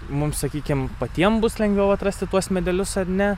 mums sakykim patiem bus lengviau atrasti tuos medelius ar ne